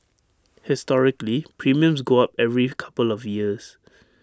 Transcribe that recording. historically premiums go up every couple of years